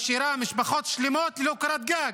משאירה משפחות שלמות ללא קורת גג,